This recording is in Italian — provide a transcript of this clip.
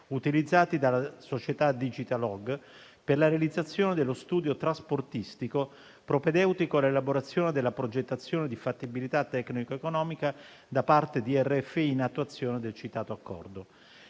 utilizzati dalla società DigITALog per la realizzazione dello studio trasportistico propedeutico all'elaborazione della progettazione di fattibilità tecnico-economica da parte di RFI, in attuazione del citato accordo.